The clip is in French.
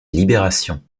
libération